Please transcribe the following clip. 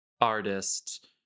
artist